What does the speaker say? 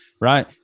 right